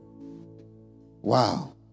Wow